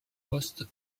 postes